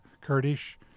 Kurdish